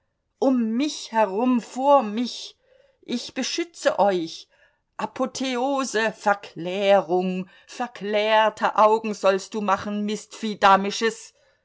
um mich herum vor mich hin ich beschütze euch apotheose verklärung verklärte augen sollst du machen